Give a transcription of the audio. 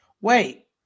wait